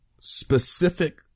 specific